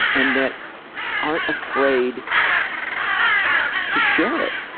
and that aren't afraid to share it